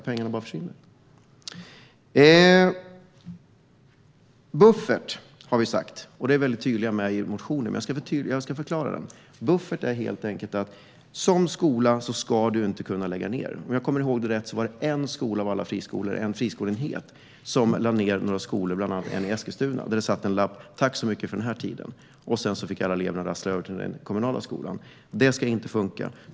Vi har talat om en buffert, något som vi är väldigt tydliga med i motionen. Jag ska förklara det: En skola ska inte kunna lägga ned. Om jag kommer ihåg det rätt var det en friskola som lade ned några enheter, bland annat i Eskilstuna, där det satt en lapp med "tack så mycket för den här tiden". Sedan fick alla elever rassla över till den kommunala skolan. Så ska det inte funka.